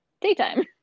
daytime